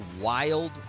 wild